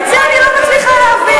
את זה אני לא מצליחה להבין.